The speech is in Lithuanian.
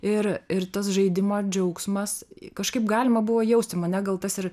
ir ir tas žaidimo džiaugsmas kažkaip galima buvo jausti mane gal tas ir